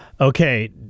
okay